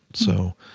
so,